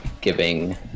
giving